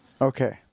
Okay